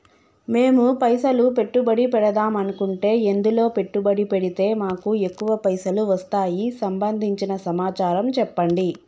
మేము పైసలు పెట్టుబడి పెడదాం అనుకుంటే ఎందులో పెట్టుబడి పెడితే మాకు ఎక్కువ పైసలు వస్తాయి సంబంధించిన సమాచారం చెప్పండి?